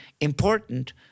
important